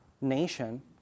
nation